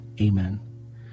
Amen